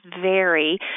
vary